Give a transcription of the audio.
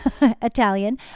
Italian